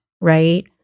Right